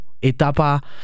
etapa